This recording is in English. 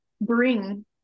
bring